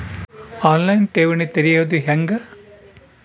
On line ಠೇವಣಿ ತೆರೆಯೋದು ಹೆಂಗ?